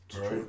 right